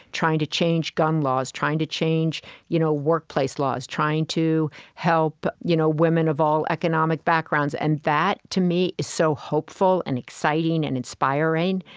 trying to change gun laws, trying to change you know workplace laws, trying to help you know women of all economic backgrounds. and that, to me, is so hopeful and exciting and inspiring.